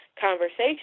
conversation